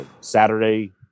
Saturday